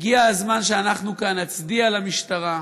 הגיע הזמן שאנחנו כאן נצדיע למשטרה,